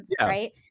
right